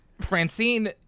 Francine